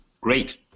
Great